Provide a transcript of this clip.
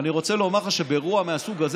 אני רוצה לומר לך שבאירוע מהסוג הזה